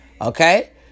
Okay